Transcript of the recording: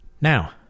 now